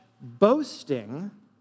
boasting